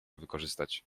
wykorzystać